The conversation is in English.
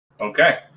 Okay